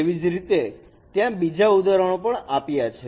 તેવી જ રીતે ત્યાં બીજા ઉદાહરણ પણ આપ્યા છે